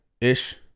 Ish